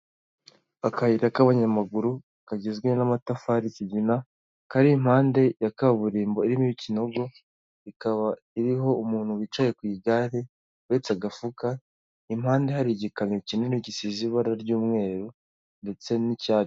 Akayira k'abanyamaguru kagizwe n'amatafari kigina, kari impande ya kaburimbo irimo ikinogo, ikaba iriho umuntu wicaye ku igare, uhetse agafuka, impande hari igikamyo kinini gisize ibara ry'umweru ndetse n'icyatsi.